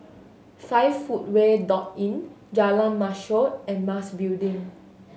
Five Footway Inn Jalan Mashor and Mas Building